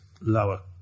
lower